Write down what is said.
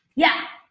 yeah!